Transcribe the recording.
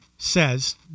says